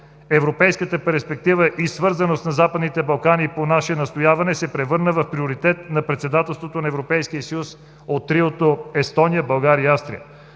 Европейската перспектива и свързаност на Западните Балкани по наше настояване се превърна в приоритет на Председателството на Европейския съюз от триото – Естония, България и Австрия.